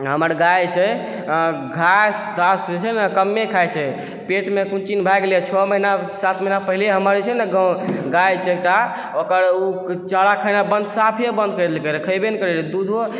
हमर गाय जे छै घास तास जे छै ने कमे खाइ छै पेटमे कुनो चीज भए गेलै छओ महिनासँ सात महिना पहिले जे छै ने हमर गाँव गाय छै एकटा ओकर ओ चारा खेनाइ बन्द साफे बन्द करि देलकै रहऽ खेबे नहि करै छै दूधो